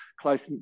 close